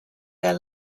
their